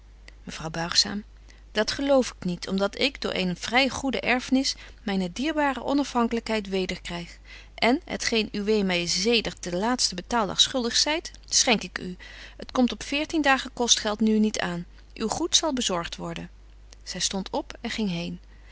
mevrouw buigzaam dat geloof ik niet om dat ik door eene vry goede erfnis myne dierbare onafhanklykheid weder kryg en het geen uwé my zedert den laatsten betaaldag schuldig zyt schenk ik u t komt op veertien dagen kostgeld nu niet aan uw goed zal bezorgt worden zy stondt op en ging heen